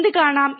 എന്ത് കാണാം